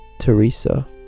Teresa